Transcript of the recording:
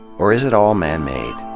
or is it all man-made?